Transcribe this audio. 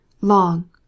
Long